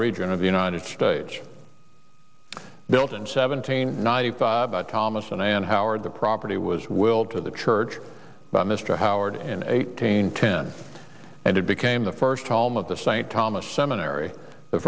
region of the united states built in seventeen ninety five by thomas and i and howard the property was willed to the church by mr howard in eighteen ten and it became the first home of the st thomas seminary